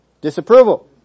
disapproval